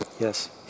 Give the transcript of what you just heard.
Yes